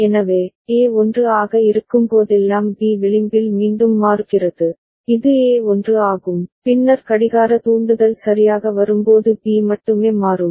எனவே A 1 ஆக இருக்கும்போதெல்லாம் B விளிம்பில் மீண்டும் மாறுகிறது இது A 1 ஆகும் பின்னர் கடிகார தூண்டுதல் சரியாக வரும்போது B மட்டுமே மாறும்